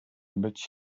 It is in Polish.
być